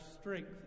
strength